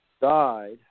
Died